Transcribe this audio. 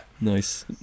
Nice